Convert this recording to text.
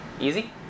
Easy